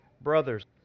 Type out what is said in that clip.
brothers